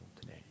today